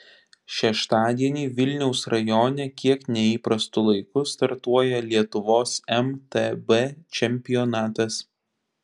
šeštadienį vilniaus rajone kiek neįprastu laiku startuoja lietuvos mtb čempionatas